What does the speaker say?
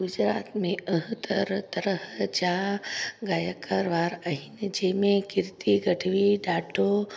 गुजरात में अह तरह तरह जा गायकरवार आहिनि जंहिंमें कीर्ती गढवी ॾाढो